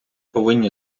повинні